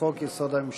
לחוק-יסוד: הממשלה.